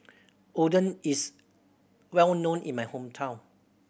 Oden is well known in my hometown